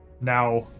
now